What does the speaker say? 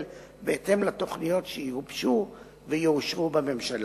בהתאם לתוכניות שיגובשו ויאושרו בממשלה.